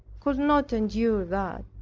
could not endure that.